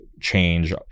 change